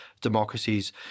democracies